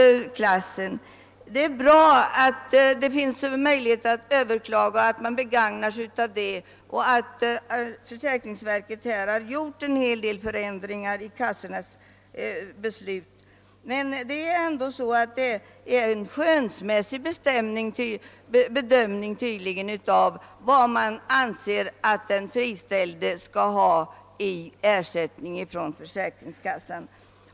Det är bra att det finns möjligheter att överklaga, att man begagnar sig av den och att riksförsäkringsverket vidtagit ändringar i försäkringskassornas beslut, men man kan fråga sig varför riksförsäkringsverket satt in dem i just klass 9 eller klass 7. Riksförsäkringsverket gör tydligen en skönsmässig bedömning när det gäller att avgöra vad den friställde skall ha i ersättning från försäkringskassan.